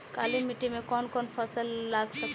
काली मिट्टी मे कौन कौन फसल लाग सकेला?